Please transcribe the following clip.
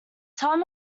tom